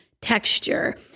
texture